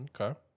Okay